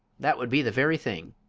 that would be the very thing!